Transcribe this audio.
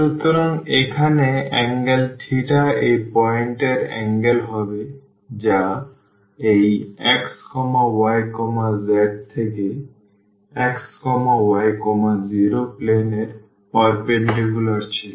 সুতরাং এখানে অ্যাঙ্গেল এই পয়েন্ট এর অ্যাঙ্গেল হবে যা এই x y z থেকে x y 0 প্লেন এর পারপেন্ডিকুলার ছিল